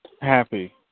happy